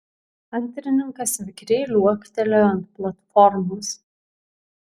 antrininkas vikriai liuoktelėjo ant platformos